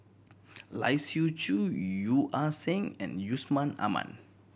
Lai Siu Chiu Yeo Ah Seng and Yusman Aman